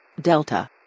Delta